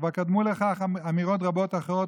כבר קדמו לכך אמירות רבות אחרות,